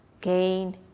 gain